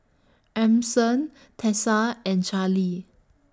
Emerson Tessa and Charly